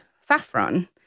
Saffron